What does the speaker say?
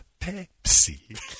Pepsi